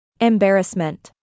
Embarrassment